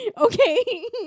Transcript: Okay